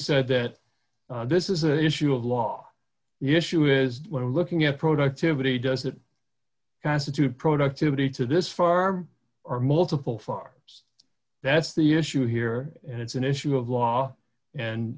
said that this is an issue of law the issue is when looking at productivity does that constitute productivity to this far are multiple far that's the issue here and it's an issue of law and